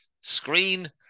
screen